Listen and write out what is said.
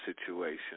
situation